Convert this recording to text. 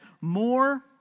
more